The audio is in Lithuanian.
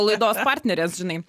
laidos partnerės žinai